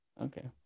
Okay